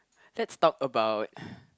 let's talk about about